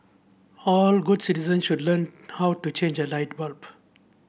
all good citizens should learn how to change a light bulb